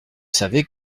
savez